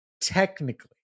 technically